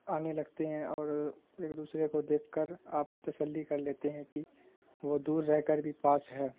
آنے لگتے ہیں اور ایک دوسرے کو دیکھ کر آپ تشلی کر لیتے ہیں کہ وہ دور رہ کر بھی پاس ہے